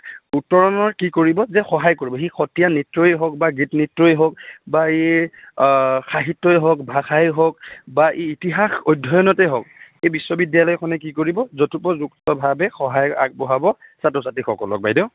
উত্তৰণত কি কৰিব যে সহায় কৰিব সি সত্ৰীয়া নৃত্যই হওক বা গীত নৃত্যই হওক বা ই সাহিত্যই হওক ভাষাই হওক বা ই ইতিহাস অধ্যয়নতেই হওক এই বিশ্ববিদ্যালয়খনে কি কৰিব যথোপযুক্তভাৱে সহায়ৰ আগবঢ়াব ছাত্ৰ ছাত্ৰীসকলক বাইদেউ